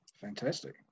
Fantastic